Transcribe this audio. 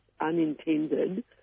unintended